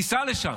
תיסע לשם,